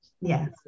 Yes